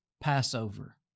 Passover